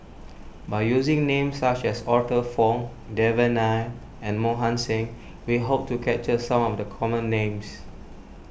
by using names such as Arthur Fong Devan Nair and Mohan Singh we hope to capture some of the common names